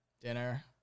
dinner